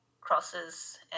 crosses